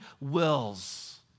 wills